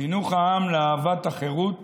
חינוך העם לאהבת החירות